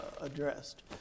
addressed